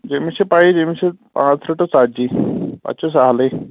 ییٚمِس چھِ پَیی ییٚمِس چھِ پانٛژھ تٕرٛہ ٹُہ ژتجی پَتہٕ چھُ سہلٕے